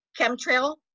chemtrail